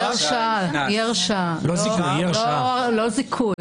אני לא מדברת על זיכוי,